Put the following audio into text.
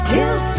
Till